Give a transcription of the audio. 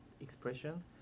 expression